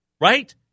right